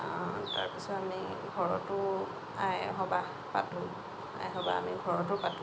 তাৰ পিছত আমি ঘৰতো আই সবাহ পাতোঁ আই সবাহ আমি ঘৰতো পাতোঁ